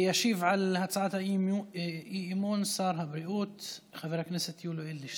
ישיב על הצעת האי-אמון שר הבריאות חבר הכנסת יולי אדלשטיין.